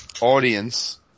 audience